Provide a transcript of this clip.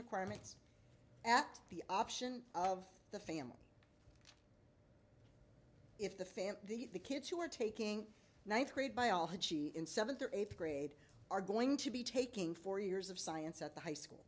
requirements at the option of the family if the fan the the kids who are taking ninth grade biology in seventh or eighth grade are going to be taking four years of science at the high school